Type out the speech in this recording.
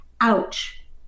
ouch